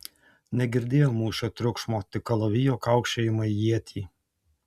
negirdėjo mūšio triukšmo tik kalavijo kaukšėjimą į ietį